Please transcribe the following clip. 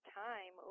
time